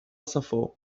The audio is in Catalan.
safor